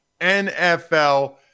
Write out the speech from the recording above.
NFL